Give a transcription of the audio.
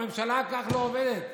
ממשלה כך לא עובדת.